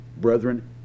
brethren